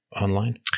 online